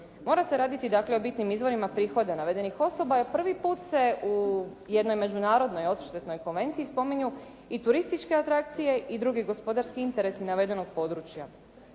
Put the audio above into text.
Mora se raditi dakle o bitnim izvorima prihoda navedenih osoba jer prvi put se u jednoj međunarodnoj odštetnoj konvenciji spominju i turističke atrakcije i drugi gospodarski interesi navedenog područja.